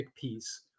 piece